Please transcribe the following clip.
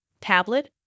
tablet